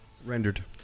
Rendered